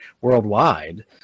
worldwide